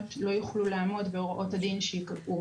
לא יוכלו לעמוד בהוראות הדין שייקבעו.